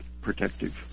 protective